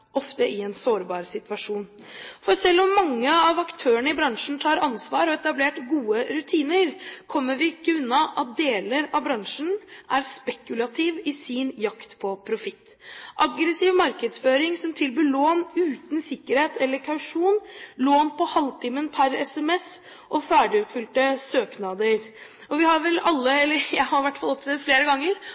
ofte i en sårbar situasjon. Selv om mange av aktørene i bransjen tar ansvar og har etablert gode rutiner, kommer vi ikke unna at deler av bransjen er spekulativ i sin jakt på profitt, driver aggressiv markedsføring og tilbyr lån uten sikkerhet eller kausjon, lån på halvtimen per sms og ferdigutfylte søknader. Vi har vel alle opplevd – jeg har i hvert fall opplevd det flere ganger